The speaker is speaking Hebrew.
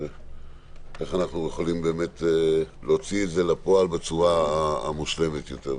איך אנחנו יכולים להוציא את זה לפועל בצורה משולמת יותר?